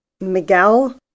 Miguel